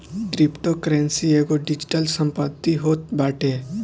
cryptocurrency एगो digital संपत्ति होत बाटे